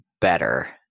better